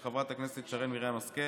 של חברת הכנסת שרון ניר וקבוצת חברי הכנסת,